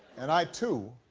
and i, too,